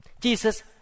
Jesus